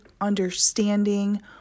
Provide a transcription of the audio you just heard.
Understanding